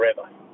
forever